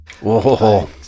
Whoa